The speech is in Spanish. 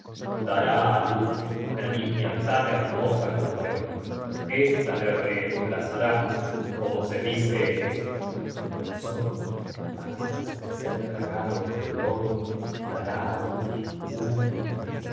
dará á luz una niña tan hermosa como él esta le reemplazará como se dice en esto el sol antes de ser tragado por el lobo dará á luz una hija